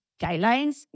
guidelines